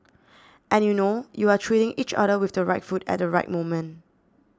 and you know you are treating each other with the right food at the right moment